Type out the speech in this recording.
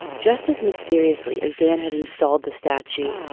just as mysteriously as dan had installed the statue,